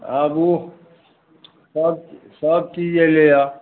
आबू सब सबचीज अयलैया